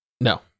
No